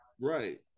Right